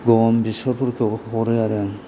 गम बेसरफोरखौ हरो आरो आं